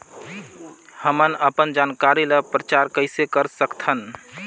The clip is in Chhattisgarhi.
हमन अपन जानकारी ल प्रचार कइसे कर सकथन?